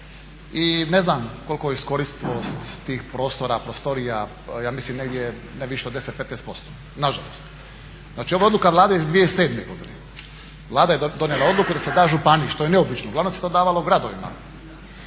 i ne znam kolika je iskoristivost tih prostora, prostora, ja mislim negdje ne više od 10, 15%. Nažalost. Znači ovo je odluka Vlade iz 2007. godine. Vlada je donijela odluku da se da županiji što je neobično, uglavnom se to davalo gradovima.